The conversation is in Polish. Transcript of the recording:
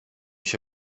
się